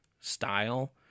style